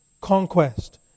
conquest